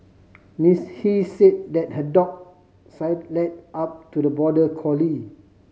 Miss He say that her dog sidled up to the border collie